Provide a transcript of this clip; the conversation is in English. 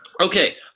Okay